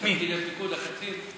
בתפקידי פיקוד, הקצין?